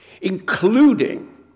including